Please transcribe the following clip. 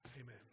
amen